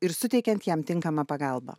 ir suteikiant jam tinkamą pagalbą